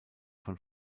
von